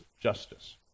justice